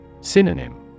Synonym